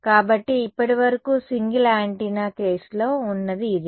కాబట్టి ఇప్పటివరకు single antenna కేసులో ఉన్నది ఇదే